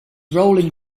rolling